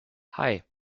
hei